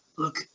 Look